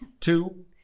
Two